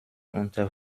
unter